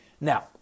now